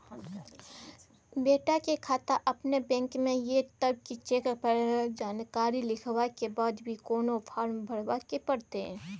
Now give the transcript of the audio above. बेटा के खाता अपने बैंक में ये तब की चेक पर जानकारी लिखवा के बाद भी कोनो फारम भरबाक परतै?